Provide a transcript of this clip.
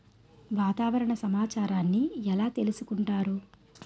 వాతావరణ సమాచారాన్ని ఎలా తెలుసుకుంటారు?